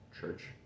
church